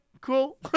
cool